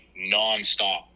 nonstop